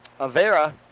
Avera